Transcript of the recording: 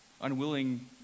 unwilling